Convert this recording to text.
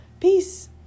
Peace